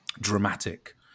dramatic